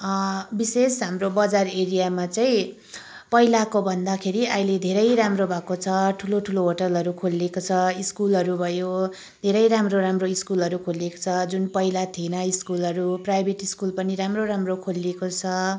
विशेष हाम्रो बजार एरियामा चाहिँ पहिलाको भन्दाखेरि अहिले धेरै राम्रो भएको छ ठुलो ठुलो होटलहरू खोलिएको छ स्कुलहरू भयो धेरै राम्रो राम्रो स्कुलहरू खोलिएको छ जुन पहिला थिएन स्कुलहरू प्राइभेट स्कुल पनि राम्रो राम्रो खोलिएको छ